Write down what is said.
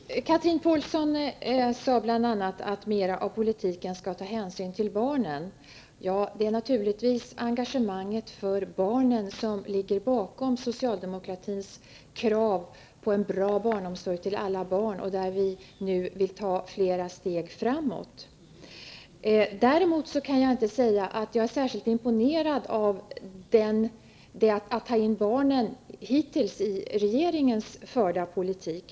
Herr talman! Chatrine Pålsson sade bl.a. att mera av politiken skall ta hänsyn till barnen. Det är naturligtvis engagemanget för barnen som ligger bakom socialdemokratins krav på en bra barnomsorg till alla barn, och vi vill nu ta flera steg framåt. Däremot kan jag inte säga att jag är särskilt imponerad av det sätt på vilket regeringen har tagit in barnen i sin hittills förda politik.